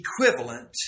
equivalent